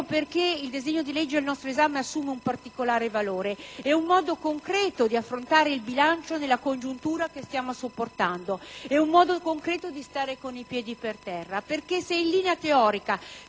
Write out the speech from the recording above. Ecco perché il disegno di legge finanziaria al nostro esame assume un particolare valore: è un modo concreto di affrontare il bilancio nella congiuntura che stiamo sopportando. E' un modo concreto di stare con i piedi per terra, perché se in linea teorica